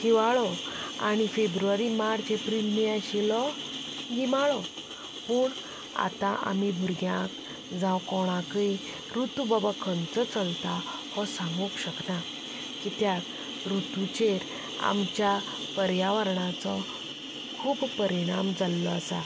हिंवाळो आनी फेब्रुवारी मार्च एप्रील मे आशिल्लो गिमाळो पूण आतां आमी भुरग्यांक जावं कोणाकय रुतू बाबा खंयचो चलता हो सांगूंक शकना कित्याक रुतूचेर आमच्या पर्यावरमाचो खूब परिणाम जाल्लो आसा